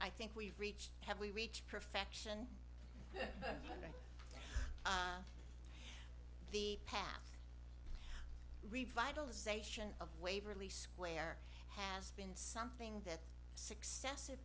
i think we've reached have we reach perfection and the path revitalization of waverly square has been something that successive